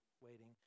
waiting